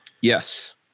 Yes